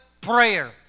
prayer